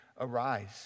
arise